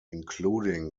including